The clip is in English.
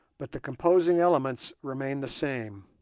but the composing elements remain the same,